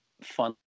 fun